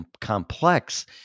complex